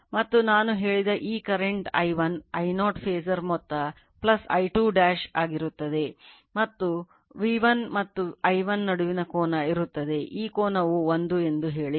ಮತ್ತು ನಾನು ಹೇಳಿದ ಈ ಕರೆಂಟ್ I1 I0 ಫಾಸರ್ ಮೊತ್ತ I2 ಆಗಿರುತ್ತದೆ ಮತ್ತು V1 ಮತ್ತು I1 ನಡುವಿನ ಕೋನ ಇರುತ್ತದೆ ಈ ಕೋನವು 1 ಎಂದು ಹೇಳಿ